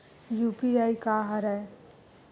UPI का हरय?